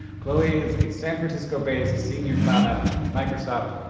chloe is a san francisco-based senior cloud advocate for microsoft.